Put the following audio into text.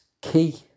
key